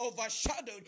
overshadowed